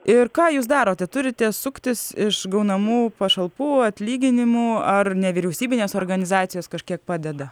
ir ką jūs darote turite suktis iš gaunamų pašalpų atlyginimų ar nevyriausybinės organizacijos kažkiek padeda